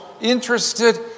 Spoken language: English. interested